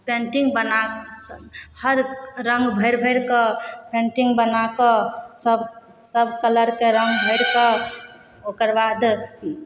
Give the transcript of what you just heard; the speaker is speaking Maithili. पेंटिंग बना हर रङ्ग भरि भरिकऽ पेंटिंग बनाकऽ सब सब कलरके रङ्ग भरिके ओकर बाद